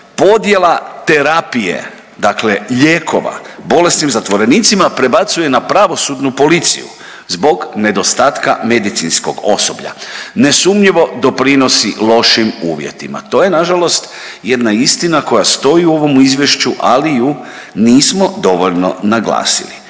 podjela terapije dakle lijekova bolesnim zatvorenicima prebacuje na pravosudnu policiju zbog nedostatka medicinskog osoblja. Nesumnjivo doprinosi lošim uvjetima. To je nažalost jedna istina koja stoji u ovome izvješću, ali ju nismo dovoljno naglasili.